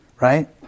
right